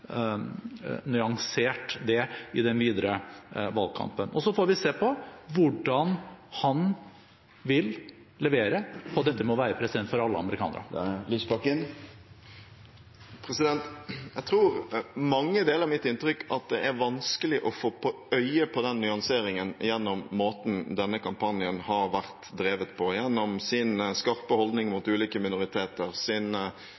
nyansert det i den videre valgkampen. Så får vi se hvordan han vil levere når det gjelder dette med å være president for alle amerikanere. Jeg tror mange deler mitt inntrykk av at det er vanskelig å få øye på den nyanseringen gjennom måten denne kampanjen har vært drevet på, gjennom dens skarpe holdning